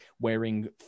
wearing